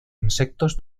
insectos